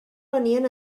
venien